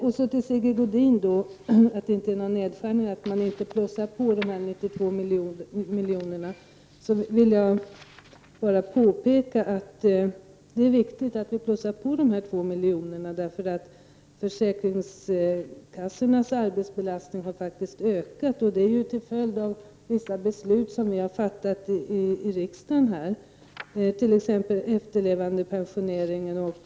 Sigge Godin säger att folkpartiet inte föreslår någon nedskärning men inte heller plussar på de 92 miljonerna. Jag vill då bara påpeka att det är viktigt att anslå dessa ytterligare 92 miljoner. Försäkringskassornas arbetsbelastning har faktiskt ökat, och det är till följd av beslut som fattats här i riksdagen, t.ex. om efterlevandepensioneringen.